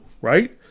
Right